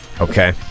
Okay